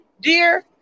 Dear